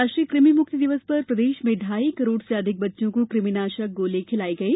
राष्ट्रीय कृमि मुक्ति दिवस पर प्रदेश में ढ़ाई करोड़ से अधिक बच्चों को कृमिनाशक गोली खिलाई गई